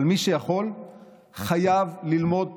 ומי שיכול ללמוד תורה,